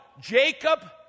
Jacob